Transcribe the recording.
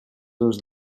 dos